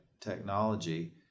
technology